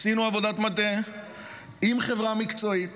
עשינו עבודת מטה עם חברה מקצועית